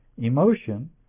Emotion